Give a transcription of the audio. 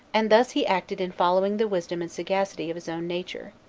and thus he acted in following the wisdom and sagacity of his own nature,